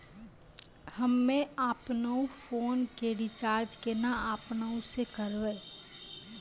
हम्मे आपनौ फोन के रीचार्ज केना आपनौ से करवै?